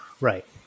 Right